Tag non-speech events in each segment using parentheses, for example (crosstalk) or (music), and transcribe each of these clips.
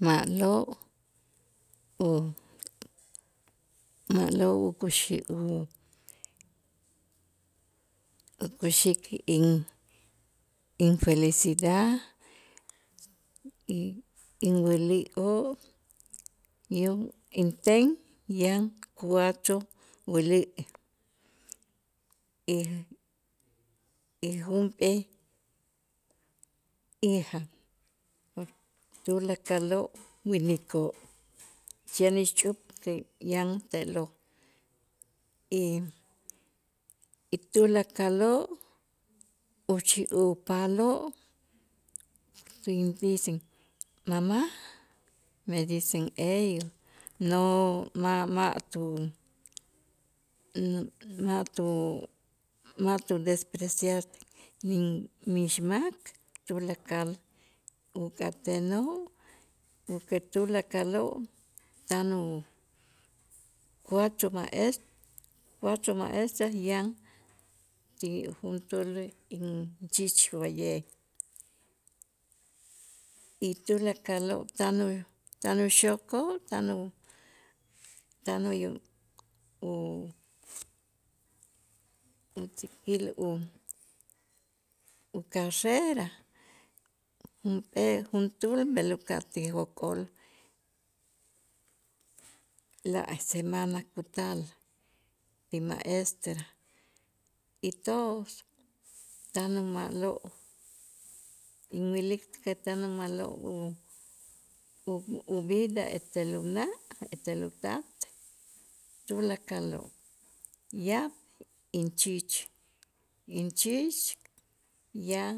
Ma'lo' (hesitation) ma'lo' uk'uxi' u- ukuxik in- infelicidad y inwilioo' yum inten yan cuatro wuli' y- y junp'ee hija tulakaloo' winikoo' chen ixch'up kee- yan te'lo' y- y tulakaloo' uchij upaaloo' (unintelligible) mama' me dicen ellos no- ma'- ma'- tu- (hesitation) ma'- tu ma' tudespreciar nin- mix mak tulakal ukat tenoo' porque tulakaloo' tanu cuatro maes cuatro maestras yan ti juntu'ul in chich wa'ye' y tulakaloo' tanu tanu uxok'oo' tanu- tanu (hesitation) utzijil u karrera junp'ee juntu'ul b'el uka'aj ti jok'ol la'semana kutal ti maestra y todos tan uma'lo' inwilik ke tan uma'lo' (hesitation) uvida ete ula' etel utat tulakaloo' yaab' inchich inchich yan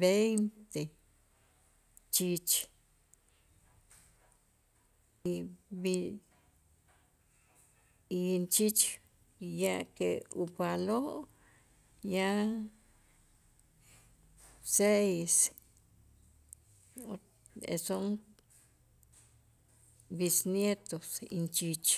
veinte chich y in- b'i- inchich ya ke upaaloo' yaj seis (hesitation) son b'isnietos inchich